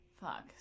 Fuck